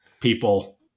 people